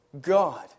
God